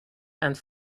and